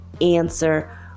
answer